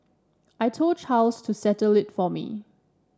I told Charles to settle it for me